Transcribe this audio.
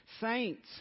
saints